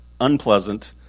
unpleasant